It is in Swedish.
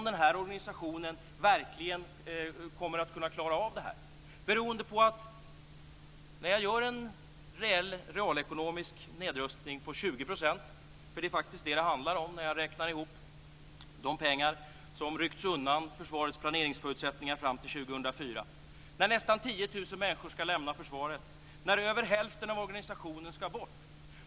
Det beror på att man gör en reell realekonomisk nedrustning på 20 %. Det är faktiskt vad det handlar om när man räknar ihop de pengar som ryckts undan från försvarets planeringsförutsättningar fram till 2004. Nästan 10 000 människor ska lämna försvaret och över hälften av organisationen ska bort.